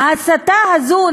ההסתה הזאת,